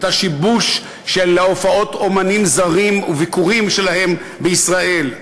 את השיבוש של הופעות אמנים זרים וביקורים שלהם בישראל,